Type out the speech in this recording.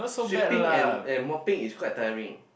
sweeping and and mopping is quite tiring